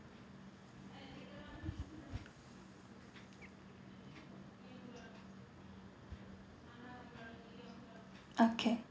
okay